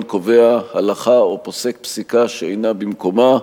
קובע הלכה או פוסק פסיקה שאינה במקומה,